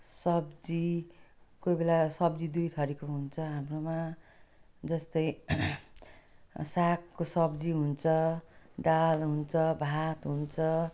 सब्जी कोही बेला सब्जी दुई थरीको हुन्छ हाम्रोमा जस्तै सागको सब्जीको हुन्छ दाल हुन्छ भात हुन्छ